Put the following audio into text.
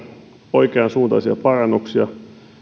oikeansuuntaisia parannuksia